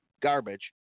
garbage